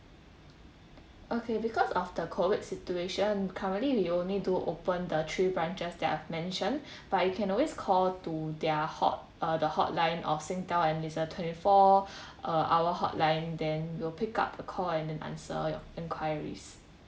okay because of the COVID situation currently we only do open the three branches that I've mentioned but you can always call to their hot~ uh the hotline of Singtel and it's a twenty four uh hour hotline then we'll pick up the call and then answer your enquiries